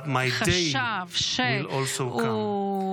But my day will also come,